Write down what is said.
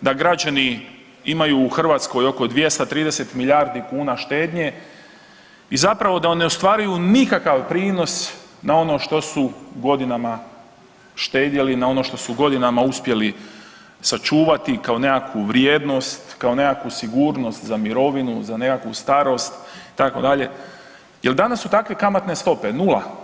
da građani imaju u Hrvatskoj oko 230 milijardi kuna štednje i zapravo da ne ostvaruju nikakav prinos na ono što su godinama štedjeli, na ono što su godinama uspjeli sačuvati kao nekakvu vrijednost, kao nekakvu sigurnost za mirovinu za nekakvu starost itd. jel danas su takve kamatne stope, nula.